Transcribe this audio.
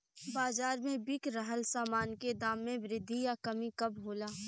बाज़ार में बिक रहल सामान के दाम में वृद्धि या कमी कब होला?